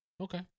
okay